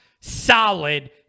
solid